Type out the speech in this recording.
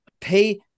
pay